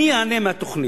מי ייהנה מהתוכנית?